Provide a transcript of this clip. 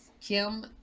Kim